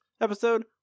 Episode